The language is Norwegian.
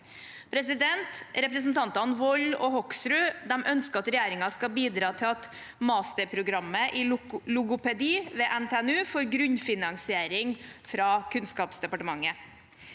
Representantene Wold og Hoksrud ønsker at regjeringen skal bidra til at masterprogrammet i logopedi ved NTNU får grunnfinansiering fra Kunnskapsdepartementet.